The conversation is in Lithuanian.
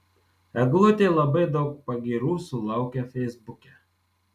eglutė labai daug pagyrų sulaukia feisbuke